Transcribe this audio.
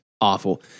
awful